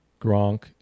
Gronk